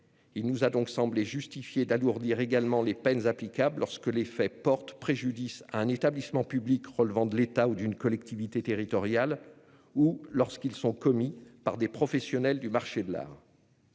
Il nous a donc semblé justifié d'alourdir également les peines applicables lorsque les faits portent préjudice à un établissement public relevant de l'État ou d'une collectivité territoriale ou lorsqu'ils sont commis par des professionnels du marché de l'art.